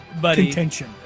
contention